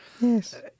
Yes